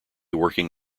working